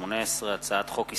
פ/2152/18 וכלה בהצעת חוק פ/2188/18,